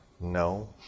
No